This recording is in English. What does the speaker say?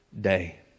day